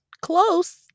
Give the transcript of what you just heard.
Close